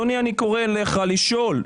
להיהרס.